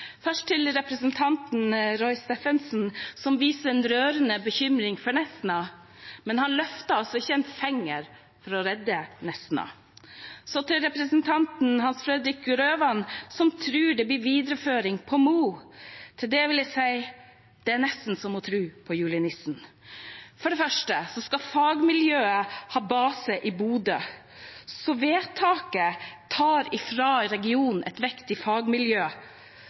Først til representanten Roy Steffensen: Han viser en rørende bekymring for Nesna, men han løfter altså ikke en finger for å redde Nesna. Så til representanten Hans Fredrik Grøvan, som tror det blir videreføring på Mo: Til det vil jeg si at det nesten er som å tro på julenissen. For det første skal fagmiljøet ha base i Bodø, så vedtaket fratar regionen et viktig fagmiljø